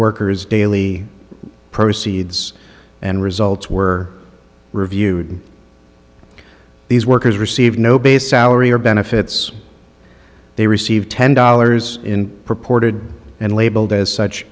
workers daily proceeds and results were reviewed these workers receive no base salary or benefits they receive ten dollars in reported and labeled as such